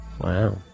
Wow